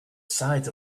sides